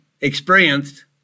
experienced